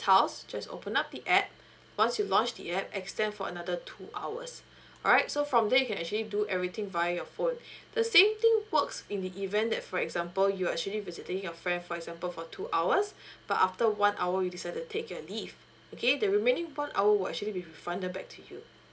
house just open up the app once you launch the app extend for another two hours alright so from there you can actually do everything via your phone the same thing works in the event that for example you're actually visiting your friend for example for two hours but after one hour you decided to take your leave okay the remaining one hour will actually be refund back to you